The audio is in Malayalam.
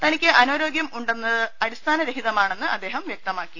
തനിക്ക് അനാരോഗൃം ഉണ്ടെന്നത് അടിസ്ഥാനരഹിതമാണെന്ന് അദ്ദേഹം വ്യക്തമാക്കി